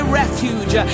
refuge